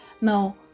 now